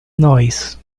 noise